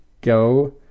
go